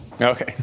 Okay